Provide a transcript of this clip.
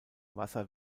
wasser